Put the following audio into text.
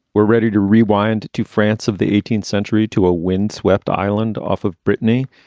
we're ready to rewind to france of the eighteenth century to a windswept island off of brittany,